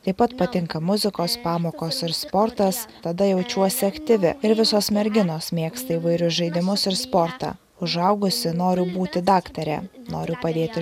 taip pat patinka muzikos pamokos ir sportas tada jaučiuosi aktyvi ir visos merginos mėgsta įvairius žaidimus ir sportą užaugusi noriu būti daktare noriu padėti